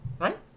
Right